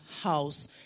house